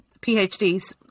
PhDs